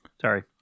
Sorry